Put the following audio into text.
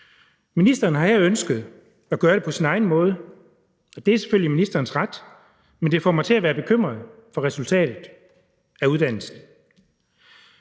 Ministeren har her ønsket at gøre det på sin egen måde, og det er selvfølgelig ministerens ret, men det får mig til at være bekymret for resultatet af uddannelsen.